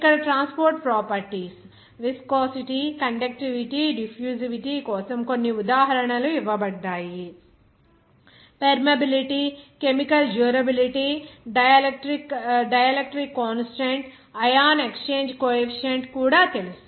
ఇక్కడ transport properties viscosity conductivity diffusivity కోసం కొన్ని ఉదాహరణలు ఇవ్వబడ్డాయి permeability chemical durability dielectric constant ion exchange coefficient కూడా తెలుసు